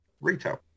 retail